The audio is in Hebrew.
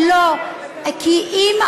באותו